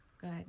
Good